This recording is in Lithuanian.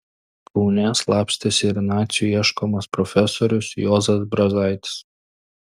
kaune slapstėsi ir nacių ieškomas profesorius juozas brazaitis